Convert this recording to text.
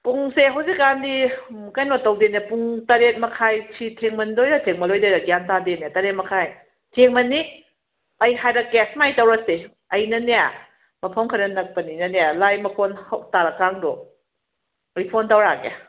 ꯄꯨꯡꯁꯦ ꯍꯧꯖꯤꯛꯀꯥꯟꯗꯤ ꯀꯩꯅꯣ ꯇꯧꯗꯦꯗ ꯄꯨꯡ ꯇꯔꯦꯠ ꯃꯈꯥꯏꯁꯤ ꯊꯦꯡꯃꯟꯗꯣꯏꯔꯥ ꯊꯦꯡꯃꯜꯂꯣꯏꯗꯣꯏꯔꯥ ꯒ꯭ꯌꯥꯟ ꯇꯥꯗꯦꯅꯦ ꯇꯔꯦꯠ ꯃꯈꯥꯏ ꯊꯦꯡꯃꯟꯅꯤ ꯑꯩ ꯍꯥꯏꯔꯛꯀꯦ ꯁꯨꯃꯥꯏꯅ ꯇꯧꯔꯁꯤ ꯑꯩꯅꯅꯦ ꯃꯐꯝ ꯈꯔ ꯅꯛꯄꯅꯤꯅ ꯂꯥꯏ ꯃꯈꯣꯜ ꯍꯧ ꯇꯥꯔꯀꯥꯟꯗꯣ ꯑꯗ ꯐꯣꯟ ꯇꯧꯔꯛꯑꯒꯦ